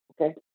Okay